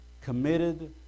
committed